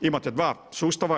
Imate dva sustava.